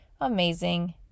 amazing